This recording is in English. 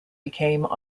became